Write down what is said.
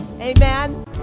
amen